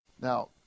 now